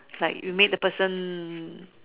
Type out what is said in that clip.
like you made the person